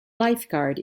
lifeguard